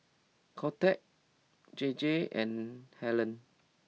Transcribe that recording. Kodak J J and Helen